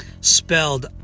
Spelled